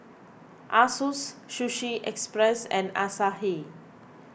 Asus Sushi Express and Asahi